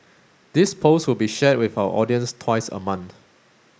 this post will be shared with our audience twice a month